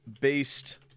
based